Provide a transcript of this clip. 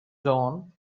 dawn